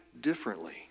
differently